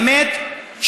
באמת,